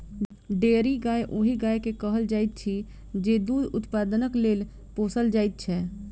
dairy गाय ओहि गाय के कहल जाइत अछि जे दूध उत्पादनक लेल पोसल जाइत छै